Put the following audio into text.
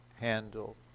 handle